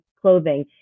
clothing